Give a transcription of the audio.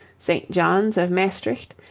st. john's of maestricht,